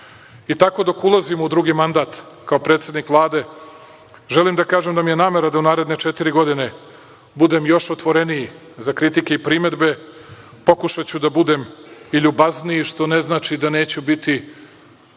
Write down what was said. tako, dok ulazim u drugi mandat kao predsednik Vlade, želim da kažem da mi je namera da u narodne četiri godine budem još otvoreniji za kritike i primedbe, pokušaću da budem i ljubazniji, što ne znači da neću biti